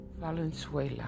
Valenzuela